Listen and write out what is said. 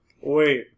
Wait